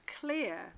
clear